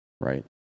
right